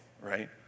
right